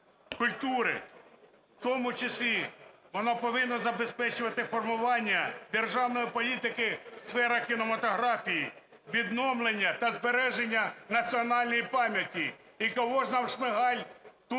культури. В тому числі воно повинно забезпечувати формування державної політики в сферах кінематографії, відновлення та збереження національної пам'яті. І кого ж нам Шмигаль тут